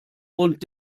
und